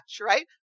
right